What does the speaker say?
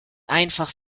einfach